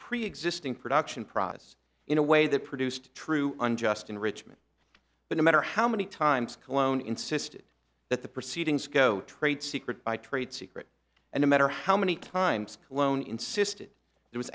preexisting production process in a way that produced true unjust enrichment but no matter how many times cologne insisted that the proceedings go trade secret by trade secret and no matter how many times alone insisted